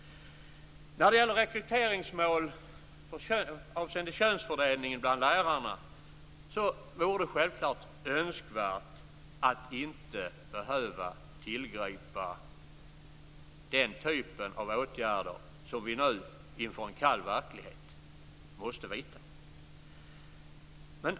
När det gäller rekryteringsmål avseende könsfördelningen bland lärarna vore det självfallet önskvärt att inte behöva tillgripa den typen av åtgärder som vi nu inför en kall verklighet måste vidta.